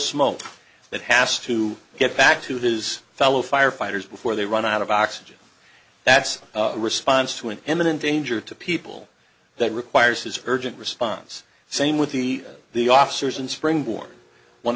smoke that has to get back to his fellow firefighters before they run out of oxygen that's a response to an imminent danger to people that requires his urgent response same with the the officers and spring board one